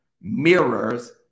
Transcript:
mirrors